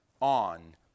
on